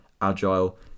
agile